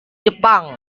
jepang